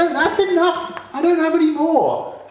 that's enough! i dont have any more!